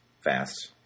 fast